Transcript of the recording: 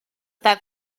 that